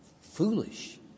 foolish